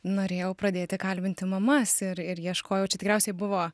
norėjau pradėti kalbinti mamas ir ir ieškojau čia tikriausiai buvo